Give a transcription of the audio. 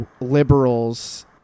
liberals